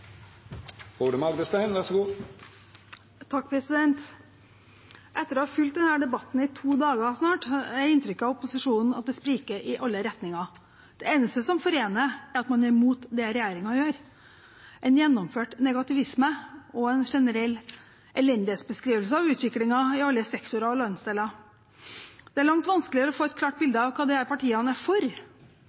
Etter å ha fulgt denne debatten i snart to dager, har jeg inntrykk av at opposisjonen spriker i alle retninger. Det eneste som forener, er at man er imot det regjeringen gjør – en gjennomført negativisme og en generell elendighetsbeskrivelse av utviklingen i alle sektorer og alle landsdeler. Det er langt vanskeligere å få et klart bilde av hva disse partiene er for.